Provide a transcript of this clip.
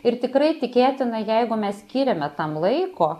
ir tikrai tikėtina jeigu mes skyrėme tam laiko